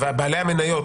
ובעלי המניות